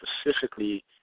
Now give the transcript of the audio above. specifically